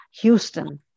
Houston